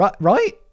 Right